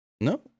No